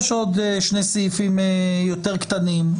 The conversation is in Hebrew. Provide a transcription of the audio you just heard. יש עוד שני סעיפים יותר קטנים.